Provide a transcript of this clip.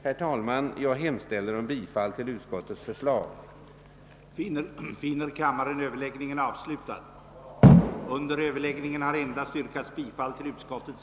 Herr talman! Jag hemställer om bifall till utskottets förslag. i skrivelse till Kungl. Maj:t anmäla, att riksdagen icke funnit anledning till